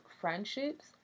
friendships